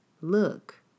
look